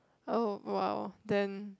oh !wow! then